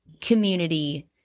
community